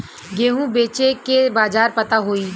गेहूँ बेचे के बाजार पता होई?